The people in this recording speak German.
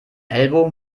ellbogen